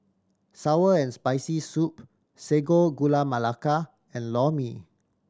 sour and Spicy Soup Sago Gula Melaka and Lor Mee